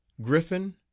griffin,